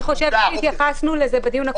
אני חושבת שהתייחסנו לזה בדיון הקודם.